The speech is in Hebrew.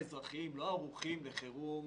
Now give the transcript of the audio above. המשרדים האזרחיים לא ערוכים לחירום